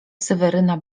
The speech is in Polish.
seweryna